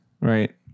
right